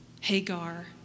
Hagar